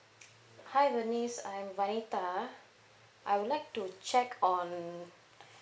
hi bernice I'm vanita I would like to check on